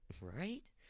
Right